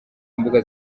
mbuga